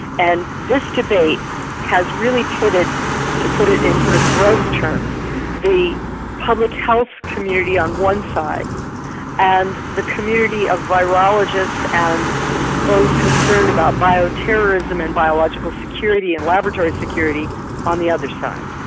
and this debate has really pitted to put it into sort of gross terms the public health community on one side and the community of virologists and those concerned about bio terrorism and biological security and laboratory security on the other side.